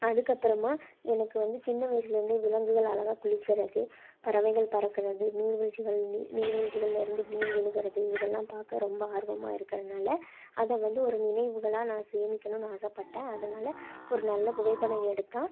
அதுக்கப்புறமாக எனக்கு வந்து சின்ன வயசுலருந்தே விலங்குகள் அழகாக குளிக்கறது பறவைகள் பறக்கிறது நீர்வீழ்ச்சிகள் நீ நீர்வீழ்ச்சிகள்லருந்து நீர் விழுகிறது இது எல்லாம் பார்க்க ரொம்ப ஆர்வமாக இருக்கிறனால அதை வந்து ஒரு நினைவுகளாக நான் சேமிக்கணும்னு ஆசைப்பட்டேன் அதனால ஒரு நல்ல புகைப்படம் எடுத்தால்